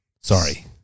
Sorry